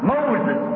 Moses